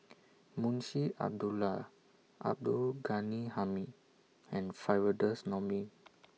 Munshi Abdullah Abdul Ghani Hamid and Firdaus Nordin